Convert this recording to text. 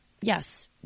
Yes